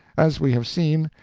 as we have seen,